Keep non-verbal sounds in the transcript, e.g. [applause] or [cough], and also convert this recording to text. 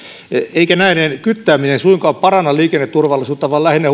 eikä näiden kyttääminen suinkaan paranna liikenneturvallisuutta vaan lähinnä [unintelligible]